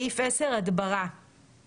אני עוברת לסעיף 10. הדברה10.